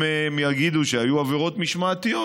אם הם יגידו שהיו עבירות משמעתיות,